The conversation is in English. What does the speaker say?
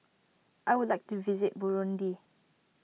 I would like to visit Burundi